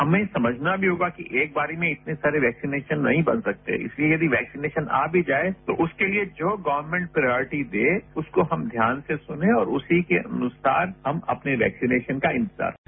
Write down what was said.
हमें समझना भी होगा कि एक बार में इतने वैक्सीनेशन नहीं बन सकते इस लिए वैक्सीनेशन आ भी जाये तो उसके लिए जो गर्वमेंट प्रॉयटी दे उसको ध्यान से सुनें और उसी के अनुसार हम अपने वैक्सीनेशन का इंतजार करें